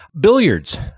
billiards